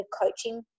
coaching